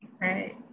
Right